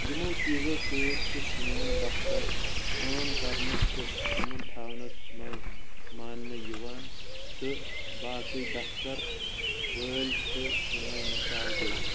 یِمو چیٖزو سۭتۍ چھُ سون دفتر کٲم کرنس تہٕ امُن تھاونس منٛز ماننہٕ یوان تہٕ باقی دفتر وٲلۍ چھِ سٲنۍ مثال دِوان